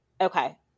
Okay